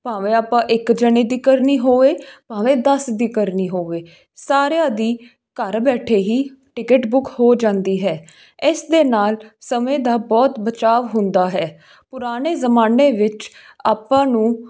ਭਾਵੇਂ ਆਪਾਂ ਇੱਕ ਜਣੇ ਦੀ ਕਰਨੀ ਹੋਵੇ ਭਾਵੇਂ ਦਸ ਦੀ ਕਰਨੀ ਹੋਵੇ ਸਾਰਿਆਂ ਦੀ ਘਰ ਬੈਠੇ ਹੀ ਟਿਕਟ ਬੁੱਕ ਹੋ ਜਾਂਦੀ ਹੈ ਇਸ ਦੇ ਨਾਲ ਸਮੇਂ ਦਾ ਬਹੁਤ ਬਚਾਅ ਹੁੰਦਾ ਹੈ ਪੁਰਾਣੇ ਜ਼ਮਾਨੇ ਵਿੱਚ ਆਪਾਂ ਨੂੰ